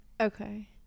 okay